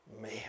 Man